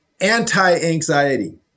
Anti-anxiety